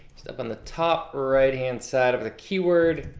just up on the top right hand side of the keyword.